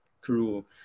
crew